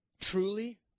truly